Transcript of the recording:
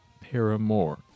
Paramore